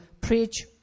preach